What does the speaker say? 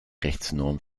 rechtsnorm